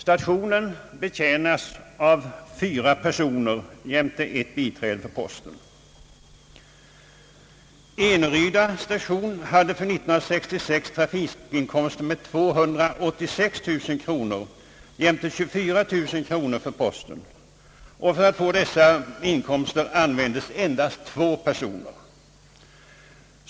Stationen betjänas av fyra personer jämte ett biträde på posten. Eneryda station hade för 1966 trafikinkomster med 286 000 kronor jämte 24 000 kronor för posten, och för att få dessa inkomster användes endast två personer.